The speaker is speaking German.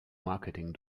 marketing